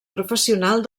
professional